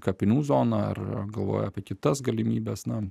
kapinių zoną ar ar galvoja apie kitas galimybes na